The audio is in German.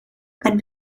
ein